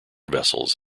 vessels